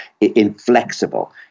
inflexible